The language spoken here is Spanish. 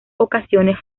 ocasiones